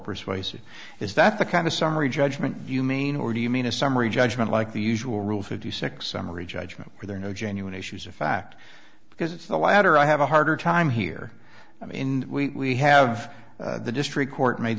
persuasive is that the kind of summary judgment you mean or do you mean a summary judgment like the usual rule fifty six summary judgment or no genuine issues of fact because it's the latter i have a harder time here i mean we have the district court made